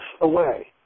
away